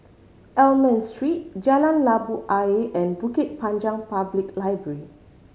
Almond Street Jalan Labu Ayer and Bukit Panjang Public Library